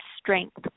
strength